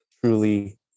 truly